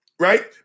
Right